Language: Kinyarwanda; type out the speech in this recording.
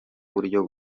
buryo